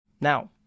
Now